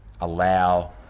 allow